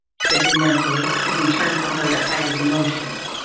said he mentally, as he turned from her to hide his emotions.